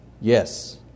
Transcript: Yes